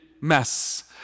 mess